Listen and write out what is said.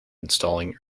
installing